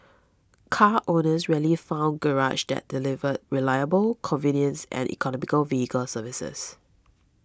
car owners rarely found garages that delivered reliable convenience and economical vehicle services